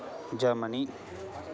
Germany